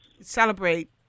celebrate